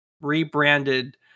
rebranded